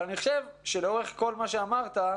אני חשוב שלאורך כל מה שאמרת,